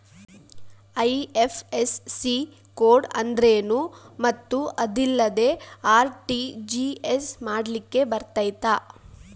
IFSC code ಅಂದ್ರೇನು ಮತ್ತು ಅದಿಲ್ಲದೆ ಆರ್.ಟಿ.ಜಿ.ಎಸ್ ಮಾಡ್ಲಿಕ್ಕೆ ಬರ್ತೈತಾ?